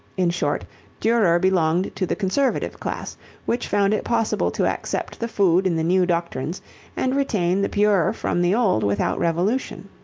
in short durer belonged to the conservative class which found it possible to accept the food in the new doctrines and retain the pure from the old without revolution.